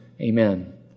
Amen